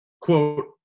quote